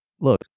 look